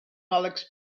alex